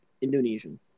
Indonesian